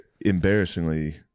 embarrassingly